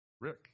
Rick